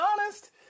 honest